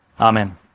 Amen